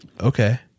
Okay